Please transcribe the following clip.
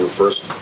first